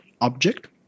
object